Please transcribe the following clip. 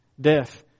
Death